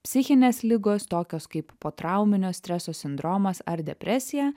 psichinės ligos tokios kaip potrauminio streso sindromas ar depresija